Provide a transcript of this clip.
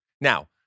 now